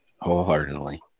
wholeheartedly